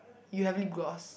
you have lip gloss